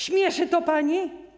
Śmieszy to panią?